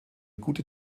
gute